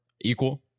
equal